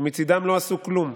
שמצידם לא עשו כלום.